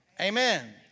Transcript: Amen